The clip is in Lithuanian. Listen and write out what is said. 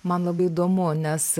man labai įdomu nes